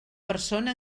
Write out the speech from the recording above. persona